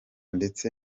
ndetse